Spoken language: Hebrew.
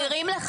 אבל מסבירים לך.